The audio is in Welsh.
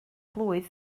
blwydd